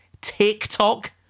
tiktok